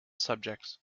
subjects